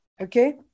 okay